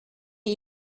die